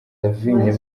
lavigne